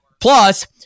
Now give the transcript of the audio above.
Plus